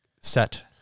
set